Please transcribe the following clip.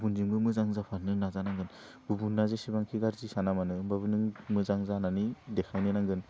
गुबुनजोंबो मोजां जाफानो नाजानांगोन गुबुना जेसेबांखि गाज्रि साना मानो होमबाबो नों मोजां जानानै देखायनो नांगोन